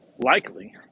Likely